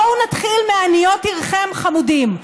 בואו נתחיל מעניות עירכם, חמודים.